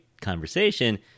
conversation